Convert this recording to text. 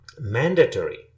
mandatory